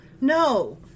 no